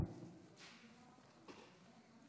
שונים מהסטודנטים הערבים.